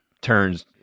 turns